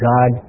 God